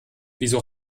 wieso